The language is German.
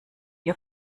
ihr